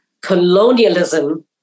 Colonialism